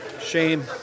Shame